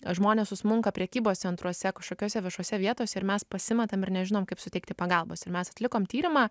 žmonės susmunka prekybos centruose kažkokiose viešose vietose ir mes pasimetam ir nežinome kaip suteikti pagalbos ir mes atlikom tyrimą